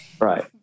Right